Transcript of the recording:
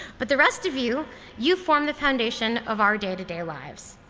but the rest of you you form the foundation of our day to day lives.